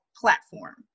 platform